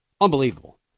unbelievable